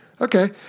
Okay